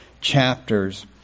chapters